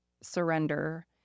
surrender